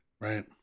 Right